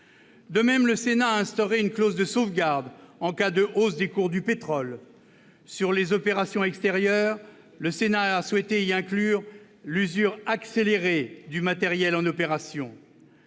De même, le Sénat a instauré une clause de sauvegarde en cas de hausse des cours du pétrole. Sur les opérations extérieures, le Sénat a souhaité inclure dans leur coût l'usure accélérée du matériel en opérations.